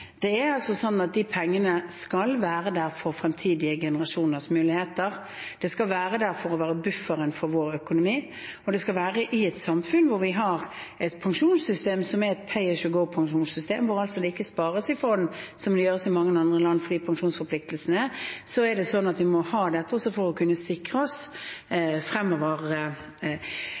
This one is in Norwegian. Det er altså sånn at de pengene skal være der for fremtidige generasjoners muligheter, de skal være der for å være bufferen i vår økonomi. Vi har et samfunn med et «pay as you go»-pensjonssystem, hvor det altså ikke spares i fond, som det gjøres i mange andre land. For pensjonsforpliktelsene er det sånn at vi må ha dette også for å kunne sikre oss fremover.